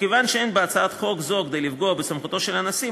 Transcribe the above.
מכיוון שאין בהצעת חוק זו כדי לפגוע בסמכותו של הנשיא,